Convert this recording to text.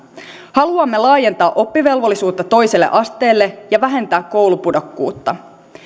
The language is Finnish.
haluamme laajentaa oppivelvollisuutta toiselle asteelle ja vähentää koulupudokkuutta